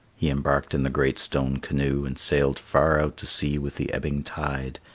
he embarked in the great stone canoe and sailed far out to sea with the ebbing tide,